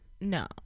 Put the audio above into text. No